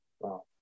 Wow